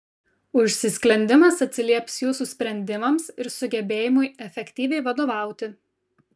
užsisklendimas atsilieps jūsų sprendimams ir sugebėjimui efektyviai vadovauti